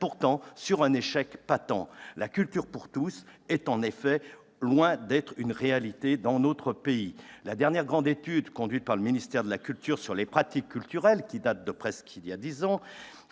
pourtant sur un échec patent. « La culture pour tous » est en effet loin d'être une réalité dans notre pays. La dernière grande étude conduite par le ministère sur les pratiques culturelles, qui date de près de dix ans,